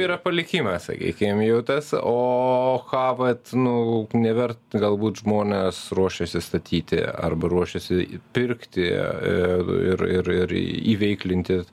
yra palikime sakykim jau tas o ką vat nu never galbūt žmonės ruošiasi statyti arba ruošiasi i pirkti ir ir ir ir įveiklinti